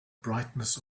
brightness